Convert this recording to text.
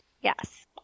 Yes